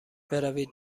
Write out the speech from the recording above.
بروید